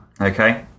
Okay